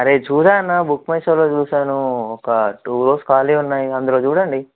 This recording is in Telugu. అరే చూడు అన్న బుక్మైషోలో చూసాను ఒక టూ రోస్ ఖాళీగా ఉన్నాయి అందులో చూడండి